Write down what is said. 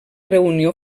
reunió